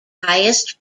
highest